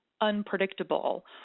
unpredictable